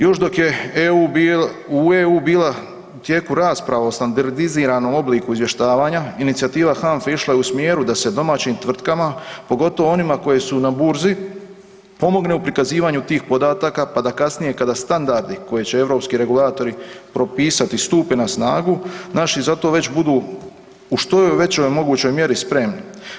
Još dok je u EU bila u tijeku rasprava o standardiziranom obliku izvještavanja, inicijativa HANFA-e išla je u smjeru da se domaćim tvrtkama, pogotovo onima koje su na Burzi, pomogne u pokazivanju tih podataka, pa da kasnije kada standardi koje će europski regulatori propisati, stupe na snagu, naši za to već budu u što je većoj mogućoj mjeri spremni.